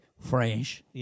French